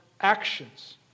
actions